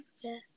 Yes